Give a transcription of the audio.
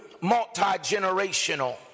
multi-generational